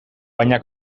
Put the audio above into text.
baina